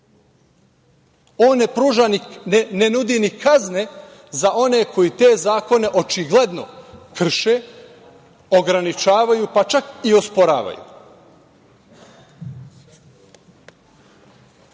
prava. On ne nudi ni kazne za one koji te zakone očigledno krše, ograničavaju, pa čak i osporavaju. Jedan